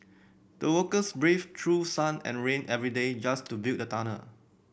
the workers braved through sun and rain every day just to build the tunnel